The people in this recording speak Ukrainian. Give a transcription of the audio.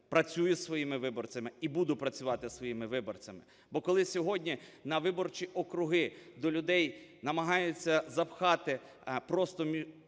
працюю зі своїми виборцями і буду працювати зі своїми виборцями. Бо, коли сьогодні на виборчі округи до людей намагаються запхати просто